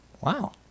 Wow